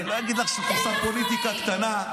אני לא אגיד לך שאת עושה פוליטיקה קטנה,